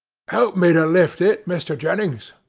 help me to lift it, mr. jennings.